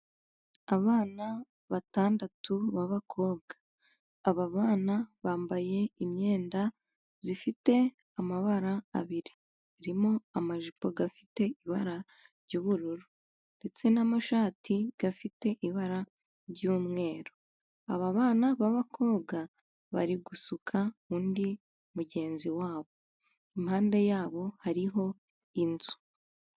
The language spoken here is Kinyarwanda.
Abana batandatu b'abakobwa, aba bana bambaye imyenda ifite amabara abiri, harimo amajipo afite ibara ry'ubururu, ndetse n'amashati afite ibara ry'umweru, aba bana b'abakobwa bari gusuka undi mugenzi wabo, impande yabo hariho inzu.